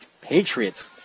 Patriots